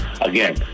again